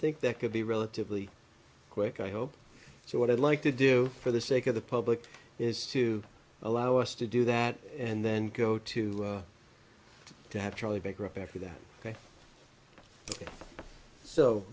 think that could be relatively quick i hope so what i'd like to do for the sake of the public is to allow us to do that and then go to to have charlie baker up after that ok